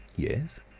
yes?